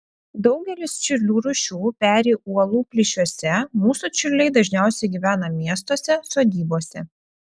daugelis čiurlių rūšių peri uolų plyšiuose mūsų čiurliai dažniausiai gyvena miestuose sodybose